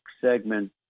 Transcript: segment